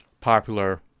popular